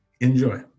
enjoy